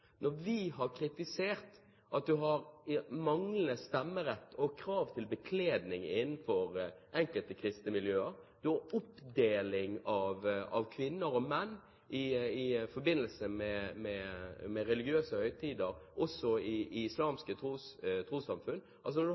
Vi har kritisert at man har manglende stemmerett og krav til bekledning innenfor enkelte kristne miljøer, kvinner og menn holdes atskilt i forbindelse med religiøse høytider, også i islamske trossamfunn.